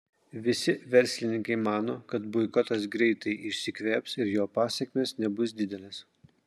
visi verslininkai mano kad boikotas greitai išsikvėps ir jo pasekmės nebus didelės